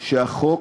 שהחוק